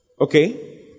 Okay